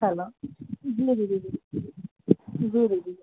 हलो जी दीदी जी जी दीदी